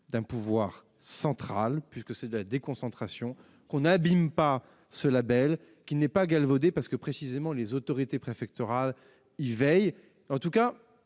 d'un pouvoir central, puisque c'est de la déconcentration. On n'abîme pas ce label, il n'est pas galvaudé, précisément parce que les autorités préfectorales y veillent. En tout cas,